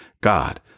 God